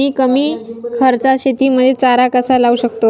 मी कमी खर्चात शेतीमध्ये चारा कसा लावू शकतो?